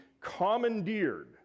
commandeered